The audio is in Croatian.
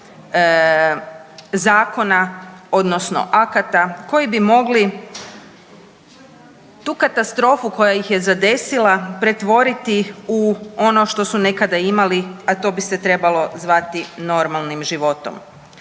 zakona, odnosno akata koji bi mogli tu katastrofu koja ih je zadesila pretvoriti u ono što su nekada imali, a to bi se trebalo zvati normalnim životom.